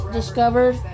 discovered